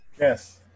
Yes